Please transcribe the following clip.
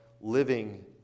living